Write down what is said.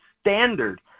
standard